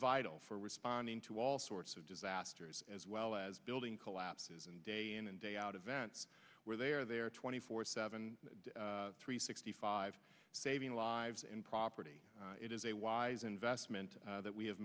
vital for responding to all sorts of disasters as well as building collapses and day in and day out events where they are there twenty four seven three sixty five saving lives and property it is a wise investment that we have